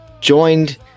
joined